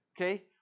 Okay